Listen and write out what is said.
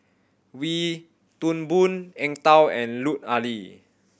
Wee Toon Boon Eng Tow and Lut Ali